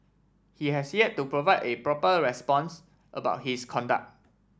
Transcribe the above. he has yet to provide a proper response about his conduct